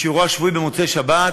בשיעורו השבועי במוצאי שבת,